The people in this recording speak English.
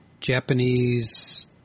Japanese